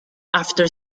after